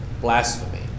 blasphemy